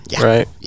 right